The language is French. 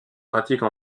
pratique